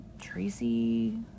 Tracy